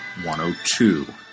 102